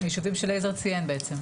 היישובים שאליעזר ציין בעצם.